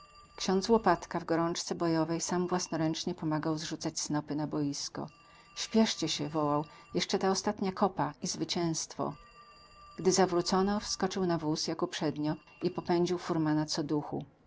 ksiądz łopatka w gorączce bojowej sam własnoręcznie pomagał zrzucać snopy na boisko śpieszcie się wołał jeszcze ta ostatnia kopa i zwycięstwo gdy zawrócono wskoczył na wóz jak uprzednio i popędził furmana co duchu